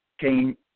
came